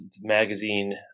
magazine